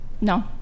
No